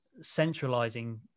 centralizing